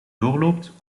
doorloopt